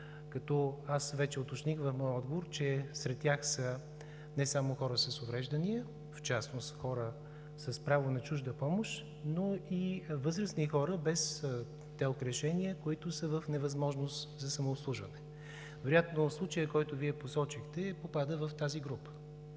лица. Вече уточних в моя отговор, че сред тях са не само хора с увреждания, в частност хора с право на чужда помощ, но и възрастни хора без ТЕЛК-решения, които са в невъзможност за самообслужване. Вероятно случаят, който Вие посочихте, попада в тази група.